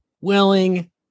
willing